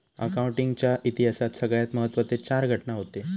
accounting च्या इतिहासात सगळ्यात महत्त्वाचे चार घटना हूते